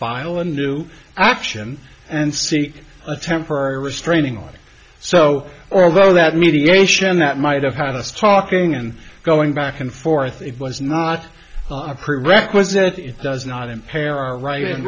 a new action and seek a temporary restraining order so although that mediation that might have had us talking and going back and forth it was not a prerequisite it does not impair our right hand